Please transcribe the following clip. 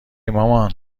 مامان